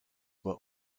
were